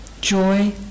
joy